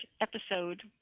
episode